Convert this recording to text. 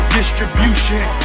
distribution